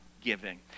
giving